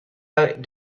out